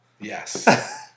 Yes